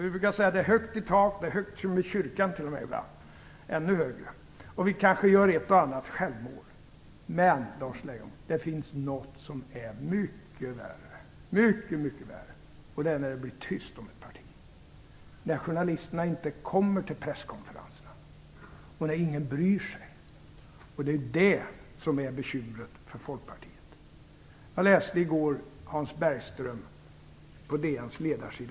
Vi brukar säga att det är högt i tak. Det är ibland t.o.m. lika högt som i kyrkan eller ännu högre. Och ibland gör vi kanske ett och annat självmål. Men, Lars Leijonborg, det finns något som är mycket värre, nämligen när det blir tyst om ett parti, när journalisterna inte kommer till presskonferenserna och när ingen bryr sig. Det är detta som är bekymret för Folkpartiet. Jag läste i går Hans Bergströms artikel på DN:s ledarsida.